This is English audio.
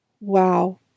Wow